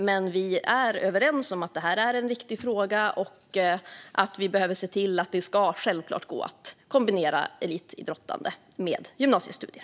Vi är dock överens om att detta är en viktig fråga och om att vi självklart behöver se till att det ska gå att kombinera elitidrottande med gymnasiestudier.